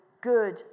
good